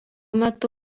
metu